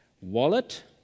Wallet